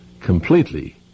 completely